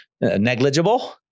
negligible